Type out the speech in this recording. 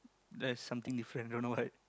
there's something different don't know what